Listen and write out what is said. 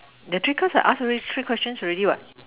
the three cards I ask already three questions already what